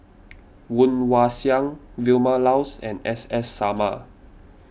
Woon Wah Siang Vilma Laus and S S Sarma